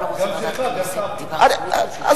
גם שלך, גם שלך, עזוב.